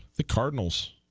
the cardinals